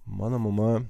mano mama